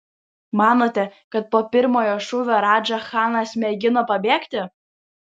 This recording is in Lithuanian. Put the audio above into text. manote kad po pirmojo šūvio radža chanas mėgino pabėgti